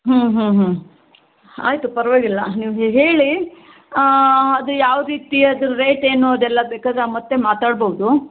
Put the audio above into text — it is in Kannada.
ಹ್ಞೂ ಹ್ಞೂ ಹ್ಞೂ ಆಯಿತು ಪರವಾಗಿಲ್ಲ ನೀವು ಹೇಳಿ ಅದು ಯಾವ ರೀತಿ ಅದರ ರೇಟ್ ಏನು ಅದೆಲ್ಲ ಬೇಕಾದ್ರೆ ಮತ್ತೆ ಮಾತಾಡಬಹ್ದು